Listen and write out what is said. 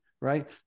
right